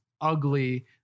ugly